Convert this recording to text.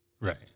right